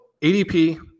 ADP